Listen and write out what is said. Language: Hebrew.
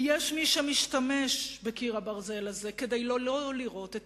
כי יש מי שמשתמש בקיר הברזל הזה כדי לא לראות את